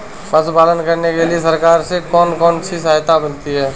पशु पालन करने के लिए सरकार से कौन कौन सी सहायता मिलती है